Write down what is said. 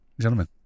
Gentlemen